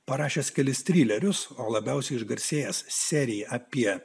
parašęs kelis trilerius o labiausiai išgarsėjęs serija apie